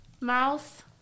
mouse